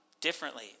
differently